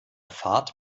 fahrt